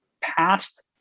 past